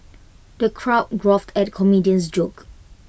the crowd guffawed at the comedian's jokes